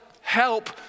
help